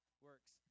works